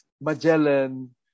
Magellan